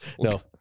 No